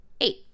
Eight